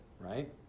right